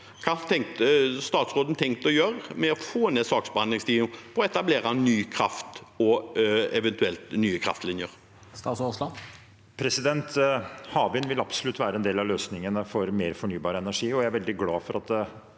Hva har statsråden tenkt å gjøre for å få ned saksbehandlingstiden og etablere ny kraft og eventuelt nye kraftlinjer?